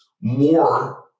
more